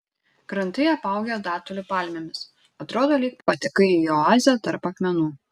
krantai apaugę datulių palmėmis atrodo lyg patekai į oazę tarp akmenų